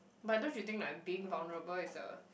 but don't you think like being vulnerable is a